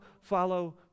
follow